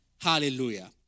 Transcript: Hallelujah